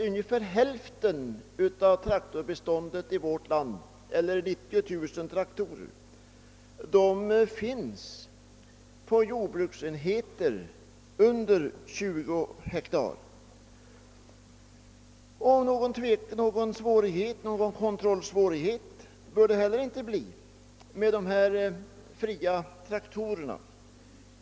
Ungefär hälften av traktorbeståndet i vårt land eller 90 000 traktorer används inom jordbruksenheter på mindre än 20 hektar, alltså småbruket. Någon kontrollsvårighet bör det heller inte bli med dessa skattefria traktorer.